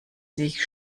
sich